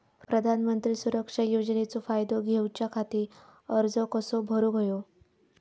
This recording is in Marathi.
प्रधानमंत्री सुरक्षा योजनेचो फायदो घेऊच्या खाती अर्ज कसो भरुक होयो?